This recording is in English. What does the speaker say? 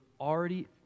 already